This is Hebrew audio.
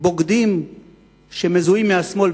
בוגדים שמזוהים מהשמאל,